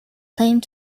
claimed